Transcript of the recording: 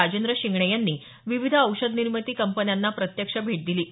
राजेंद्र शिंगणे यांनी विविध औषध निर्मिती कंपन्यांना प्रत्यक्ष भेट दिली आहे